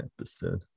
episode